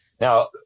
Now